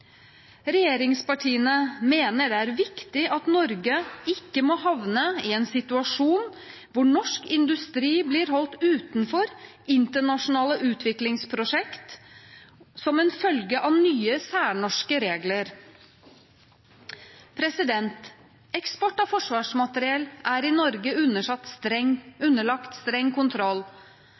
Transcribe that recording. Regjeringspartiene mener det er viktig at Norge ikke havner i en situasjon hvor norsk industri blir holdt utenfor internasjonale utviklingsprosjekt som en følge av nye særnorske regler. Eksport av forsvarsmateriell er i Norge underlagt streng kontroll.